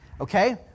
okay